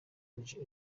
iryo